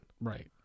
Right